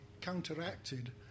counteracted